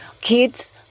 Kids